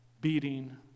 beating